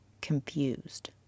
confused